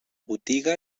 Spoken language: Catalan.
botiga